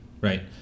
right